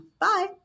Bye